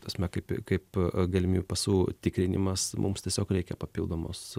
ta prasme kaip kaip galimybių pasų tikrinimas mums tiesiog reikia papildomos